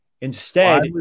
Instead-